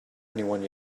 anyone